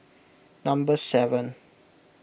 number seven